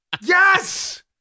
Yes